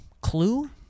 Clue